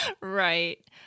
Right